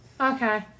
Okay